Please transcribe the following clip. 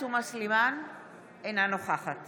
אינה נוכחת